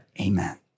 Amen